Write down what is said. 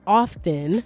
often